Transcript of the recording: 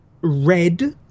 red